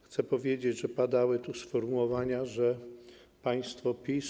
Chcę powiedzieć, że padało tu sformułowanie: państwo PiS.